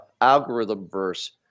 algorithm-verse